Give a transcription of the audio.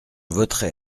voterai